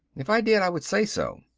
if i did, i would say so.